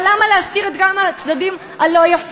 אבל למה להסתיר גם את הצדדים הלא-יפים?